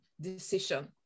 decision